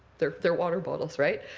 their their water bottles, right?